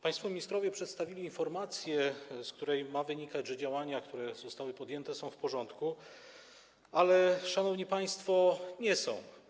Państwo ministrowie przedstawili informację, z której ma wynikać, że działania, które zostały podjęte, są w porządku, ale, szanowni państwo, nie są.